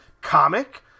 comic